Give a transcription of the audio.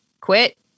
quit